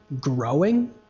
growing